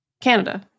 Canada